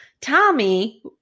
Tommy